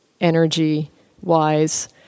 energy-wise